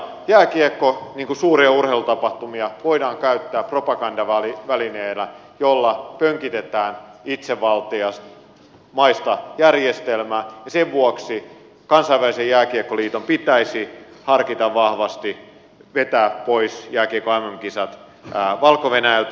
jääkiekkoa suuria urheilutapahtumia voidaan käyttää propagandavälineenä jolla pönkitetään itsevaltiasmaista järjestelmää ja sen vuoksi kansainvälisen jääkiekkoliiton pitäisi harkita vahvasti jääkiekon mm kisojen vetämistä pois valko venäjältä